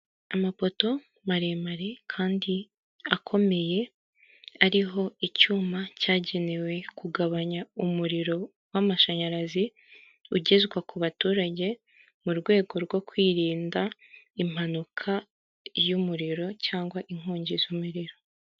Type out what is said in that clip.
Amapoto maremare kandi akomeye ariho icyuma cyagenewe kugabanya umuriro w'amashanyarazi, ugezwa ku baturage mu rwego rwo kwirinda impanuka y'umuriro cyangwa inkongi z'umuriro.